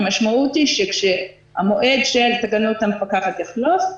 המשמעות היא שכאשר המועד של תקנות המפקחת יחלוף,